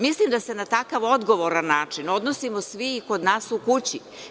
Mislim da se na takav odgovoran način odnosimo svi kod nas u kući.